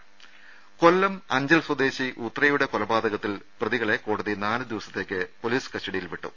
രദേ കൊല്ലം അഞ്ചൽ സ്വദേശിനി ഉത്രയുടെ കൊലപാതകത്തിൽ പ്രതികളെ കോടതി നാലു ദിവസത്തേക്ക് പൊലീസ് കസ്റ്റഡിയിൽ വിട്ടു